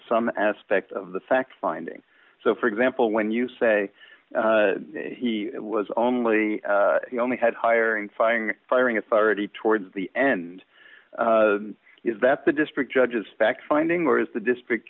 some aspect of the fact finding so for example when you say he was only only had hiring firing firing authority towards the end is that the district judge is fact finding where is the district